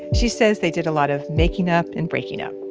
she says they did a lot of making up and breaking up